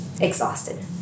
exhausted